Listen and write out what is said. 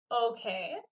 Okay